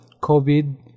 covid